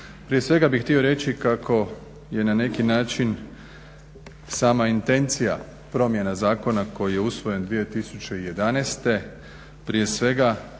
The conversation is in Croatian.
Prije svega bih htio reći kako je na neki način sama intencija promjena zakona koji je usvojen 2011. prije svega